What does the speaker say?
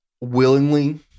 willingly